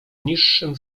niższym